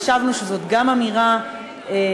חשבנו שזאת גם אמירה גיאוגרפית,